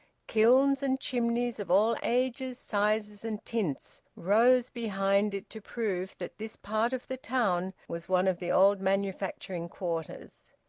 kilns and chimneys of all ages, sizes, and tints rose behind it to prove that this part of the town was one of the old manufacturing quarters.